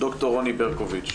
ד"ר רוני ברקוביץ,